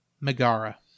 Megara